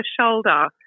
shoulder